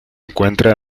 encuentra